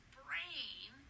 brain